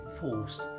forced